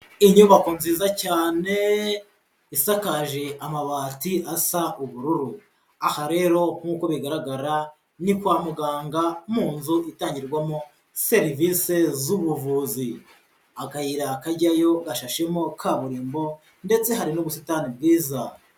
Inyubako nziza cyane isakaje amabati asa ubururu, aha rero nkuko bigaragara ni kwa muganga mu nzu itangirwamo serivisi z'ubuvuzi, akayira kajyayo gashashemo kaburimbo ndetse hari n'ubusitani bwiza.